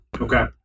Okay